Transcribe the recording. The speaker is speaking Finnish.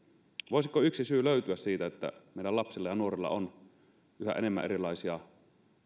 voisiko yksi syy löytyä siitä että meidän lapsilla ja nuorilla on yhä enemmän erilaisia